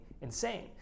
insane